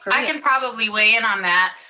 i can probably weigh in on that.